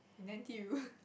in N T U